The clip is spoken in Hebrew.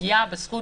פגיעה בזכות